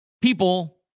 people